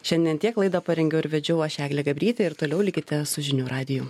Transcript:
šiandien tiek laidą parengiau ir vedžiau aš eglė gabrytė ir toliau likite su žinių radiju